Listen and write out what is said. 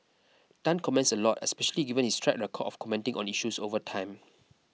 Tan comments a lot especially given his track record of commenting on issues over time